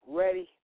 ready